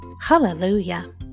Hallelujah